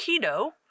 Keto